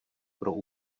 pro